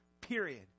period